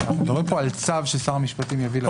אנחנו מדברים פה על צו ששר המשפטים יביא לוועדה.